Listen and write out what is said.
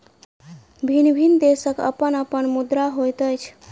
भिन्न भिन्न देशक अपन अपन मुद्रा होइत अछि